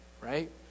right